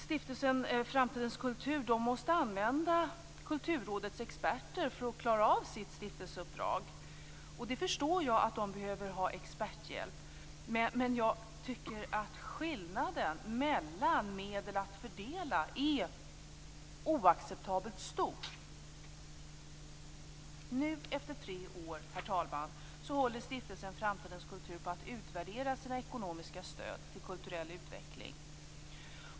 Stiftelsen Framtidens kultur måste använda Kulturrådets experter för att klara av sitt stiftelseuppdrag. Jag förstår att de behöver ha experthjälp, men jag tycker att skillnaden mellan medel att fördela är oacceptabelt stor. Herr talman! Nu efter tre år håller Stiftelsen Framtidens kultur på att utvärdera sina ekonomiska stöd till kulturell utveckling.